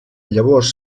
llavors